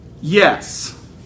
yes